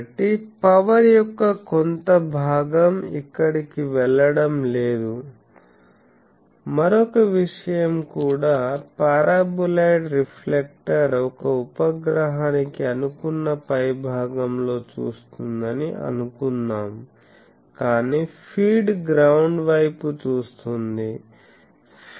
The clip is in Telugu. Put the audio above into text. కాబట్టి పవర్ యొక్క కొంత భాగం ఇక్కడకి వెళ్ళడం లేదు మరొక విషయం కూడా పారాబొలాయిడ్ రిఫ్లెక్టర్ ఒక ఉపగ్రహానికి అనుకున్న పైభాగంలో చూస్తుందని అనుకుందాం కాని ఫీడ్ గ్రౌండ్ వైపు చూస్తోంది